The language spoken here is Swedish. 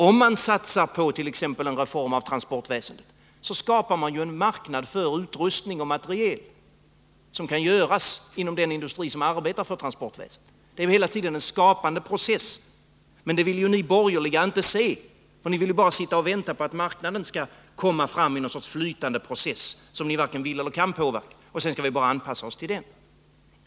Om man satsar på t.ex. en reform av transportväsendet, skapar man en marknad för utrustning och materiel som kan produceras inom den industri som arbetar för transportväsendet. Det är hela tiden en skapande process. Men det vill ni borgerliga inte se. Ni vill bara sitta och vänta på att marknaden skall komma in i något slags flytande process som ni varken vill eller kan påverka, och vi skall bara anpassa oss till den.